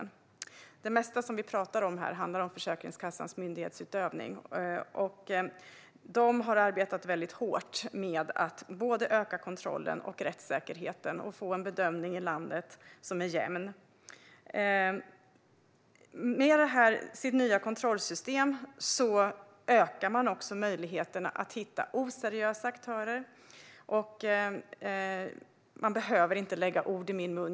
Det mesta vi talar om här handlar om Försäkringskassans myndighetsutövning, och Försäkringskassan har arbetat hårt med att öka kontrollen och rättssäkerheten och att få en bedömning i landet som är jämn. Med det nya kontrollsystemet ökas också möjligheten att hitta oseriösa aktörer. Men man behöver inte lägga ord i min mun.